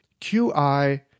qi